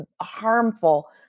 harmful